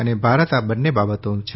અને ભારત આ બંન્ને બાબતો છે